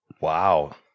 Wow